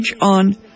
on